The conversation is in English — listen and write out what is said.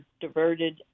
diverted